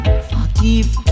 Forgive